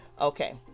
okay